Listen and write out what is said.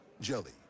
Jelly